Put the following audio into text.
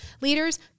leaders